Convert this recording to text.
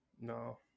No